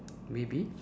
maybe